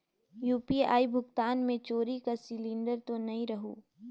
UPI भुगतान मे चोरी कर सिलिंडर तो नइ रहु?